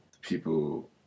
people